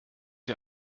die